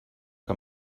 que